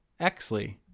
Exley